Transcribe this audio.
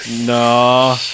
No